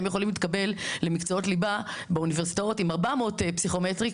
הם יכולים להתקבל למקצועות ליבה באוניברסיטאות עם 400 פסיכומטרי,